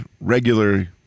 regular